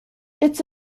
its